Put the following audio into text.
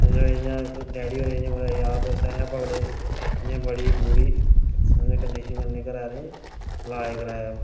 समझो इ'यां डैडी होरें इ'यां कुतै यार दोस्तें शा पकड़े इ'यां बड़ी बुरी समझो कंडीशन कन्नै घरें आह्लें लाज कराया